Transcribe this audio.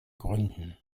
gründen